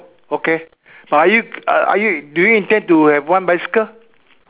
okay but are you are you do you intend to have one bicycle